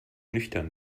nüchtern